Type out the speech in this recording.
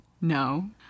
No